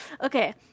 okay